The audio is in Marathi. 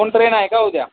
कोण ट्रेन आहे का उद्या